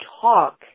talk